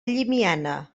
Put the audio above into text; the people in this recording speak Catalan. llimiana